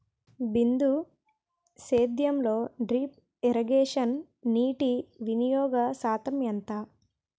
బిందు సేద్యంలో drip irrigation నీటివినియోగ శాతం ఎంత?